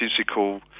physical